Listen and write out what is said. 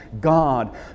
God